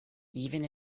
even